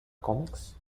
comics